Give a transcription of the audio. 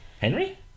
Henry